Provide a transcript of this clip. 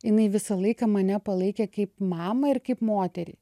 jinai visą laiką mane palaikė kaip mamą ir kaip moterį